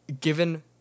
given